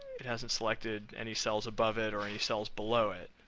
it hasn't selected any cells above it or any cells below it.